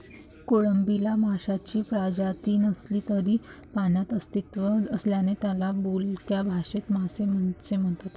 कोळंबीला माशांची प्रजाती नसली तरी पाण्यात अस्तित्व असल्याने त्याला बोलक्या भाषेत मासे असे म्हणतात